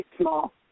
small